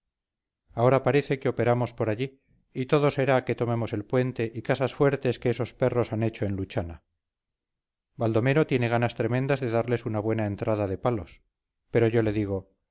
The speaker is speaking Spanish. ahora parece que operamos por allí y todo será que tomemos el puente y casas fuertes que esos perros han hecho en luchana baldomero tiene ganas tremendas de darles una buena entrada de palos pero yo le digo